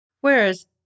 whereas